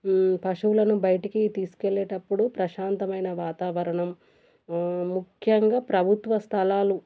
పశువులను బయటికి తీసుకెళ్ళేటప్పుడు ప్రశాంతమైన వాతావరణం ముఖ్యంగా ప్రభుత్వ స్థలాలు